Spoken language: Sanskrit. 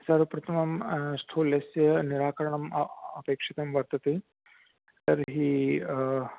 सर्वप्रथमं स्थूल्यस्य निराकरणम् अपेक्षितं वर्तते तर्हि